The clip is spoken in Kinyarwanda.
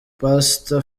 pastor